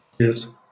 Yes